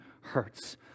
hurts